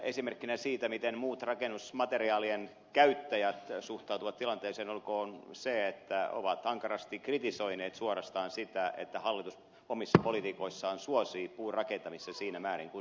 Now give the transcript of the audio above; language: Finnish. esimerkkinä siitä miten muut rakennusmateriaalien käyttäjät suhtautuvat tilanteeseen olkoon se että he ovat ankarasti kritisoineet suorastaan sitä että hallitus omissa politiikoissaan suosii puurakentamista siinä määrin kuin suosii